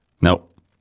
Nope